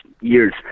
years